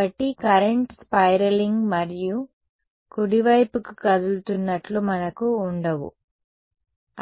కాబట్టి current spiralling మరియు కుడివైపుకి కదులుతున్నట్లు మనకు ఉండవు